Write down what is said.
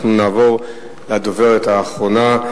אנחנו נעבור לדוברת האחרונה,